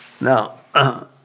Now